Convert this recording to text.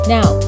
Now